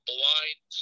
Blind